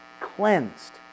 cleansed